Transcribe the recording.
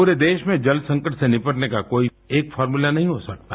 पूरे देश में जल संकट से निपटने का कोई एक फार्मला नहीं हो सकता